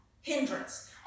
hindrance